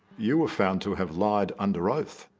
you were found to have lied under oath